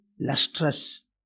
lustrous